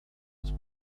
his